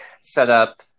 setup